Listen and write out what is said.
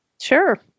Sure